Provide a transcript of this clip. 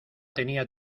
tenía